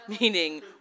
meaning